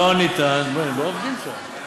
לא ניתן, הם לא עובדים שם.